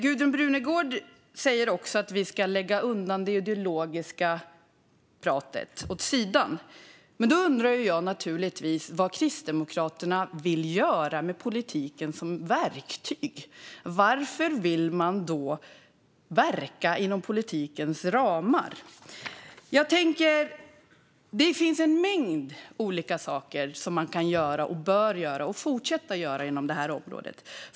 Gudrun Brunegård säger att vi ska lägga det ideologiska pratet åt sidan. Men jag undrar vad Kristdemokraterna vill göra med politiken som verktyg. Varför vill man verka inom politikens ramar? Det finns en mängd olika saker man kan göra, bör göra och fortsätta att göra inom området.